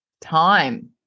time